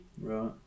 Right